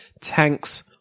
tanks